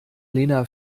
lena